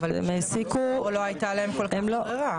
אבל הם העסיקו --- או לא הייתה להם כל כך ברירה.